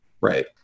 Right